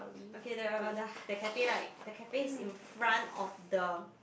okay the the h~ the cafe right the cafe is in front of the